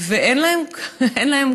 ואין להם קול,